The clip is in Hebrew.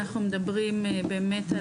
אנחנו מדברים באמת,